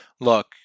look